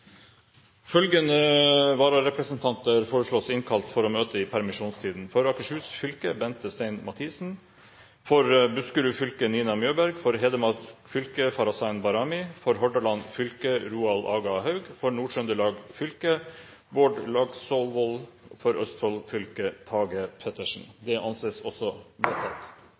Følgende vararepresentanter innkalles for å møte i permisjonstiden: For Akershus fylke: Bente Stein Mathisen For Buskerud fylke: Nina Mjøberg For Hedmark fylke: Farahnaz Bahrami For Hordaland fylke: Roald Aga Haug For Nord-Trøndelag fylke: Bård Langsåvold For Østfold fylke: Tage Pettersen